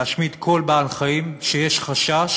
להשמיד כל בעל-חיים שיש חשש